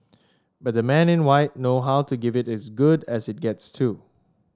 but the men in white know how to give it is good as it gets too